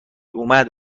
اومد